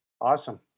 Awesome